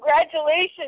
Congratulations